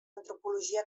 antropologia